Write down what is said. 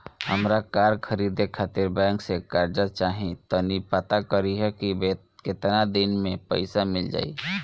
हामरा कार खरीदे खातिर बैंक से कर्जा चाही तनी पाता करिहे की केतना दिन में पईसा मिल जाइ